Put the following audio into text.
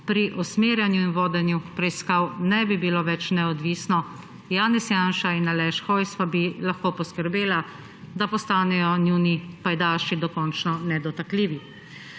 pri usmerjanju in vodenju preiskav ne bi bilo več neodvisno. Janez Janša in Aleš Hojs pa bi lahko poskrbela, da postanejo njuni pajdaši dokončno nedotakljivi.